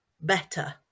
better